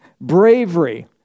Bravery